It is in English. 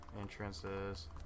entrances